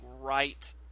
right